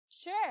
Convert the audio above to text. Sure